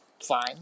fine